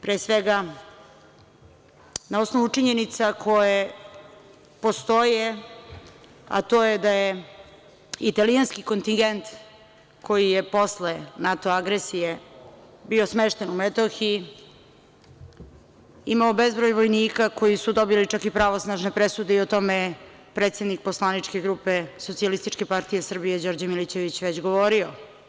Pre svega, na osnovu činjenica koje postoje, a to je da je italijanski kontigent koji je posle NATO agresije bio smešten u Metohiji imao bezbroj vojnika koji su dobili čak i pravosnažne presude i o tome je predsednik poslaničke grupe Socijalističke partije Srbije Đorđe Milićević već govorio.